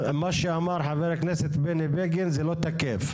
מה שאמר חבר הכנסת בני בגין זה לא תקף.